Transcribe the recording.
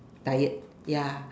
tired ya